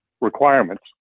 requirements